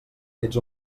ets